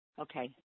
Okay